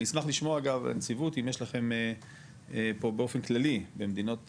אני אשמח לשמוע גם את הנציבות אם יש לכם פה באופן כללי במדינות המערב,